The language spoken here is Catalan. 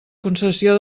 concessió